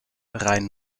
rhein